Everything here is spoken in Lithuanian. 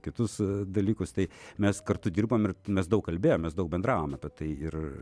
kitus dalykus tai mes kartu dirbom ir mes daug kalbėjomės daug bendravom apie tai ir